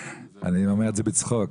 אני אומר את זה בצחוק.